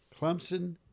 Clemson